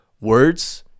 words